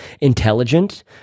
intelligent